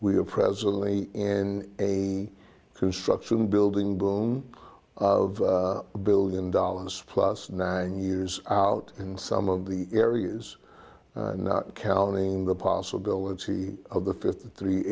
we are presently in a construction building boom of a billion dollars plus nine years out in some of the areas not counting the possibility of the fifty three